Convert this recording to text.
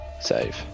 save